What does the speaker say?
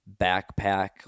backpack